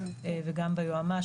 וגם ביועמ"ש,